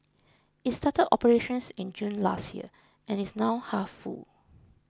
it started operations in June last year and is now half full